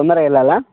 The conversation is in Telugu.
తొందరగా వెళ్ళాలా